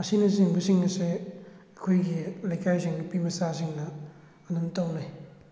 ꯑꯁꯤꯅ ꯆꯤꯡꯕꯁꯤꯡ ꯑꯁꯦ ꯑꯩꯈꯣꯏꯒꯤ ꯂꯩꯀꯥꯏꯁꯤꯡ ꯅꯨꯄꯤ ꯃꯆꯥꯁꯤꯡꯅ ꯑꯗꯨꯝ ꯇꯧꯅꯩ